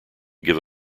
give